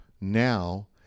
now